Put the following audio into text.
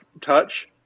touch